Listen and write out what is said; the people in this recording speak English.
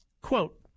Quote